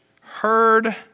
heard